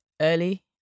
early